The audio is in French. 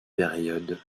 période